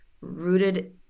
rooted